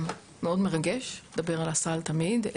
מאוד מרגש לדבר על הסל תמיד,